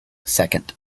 second